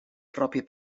proprie